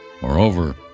moreover